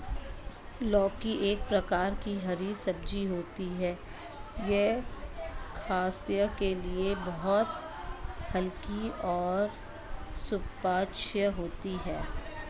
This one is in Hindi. लौकी एक प्रकार की हरी सब्जी होती है यह स्वास्थ्य के लिए बहुत हल्की और सुपाच्य होती है